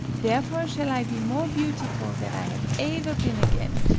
therefore shall i be more beautiful than i have aever been again.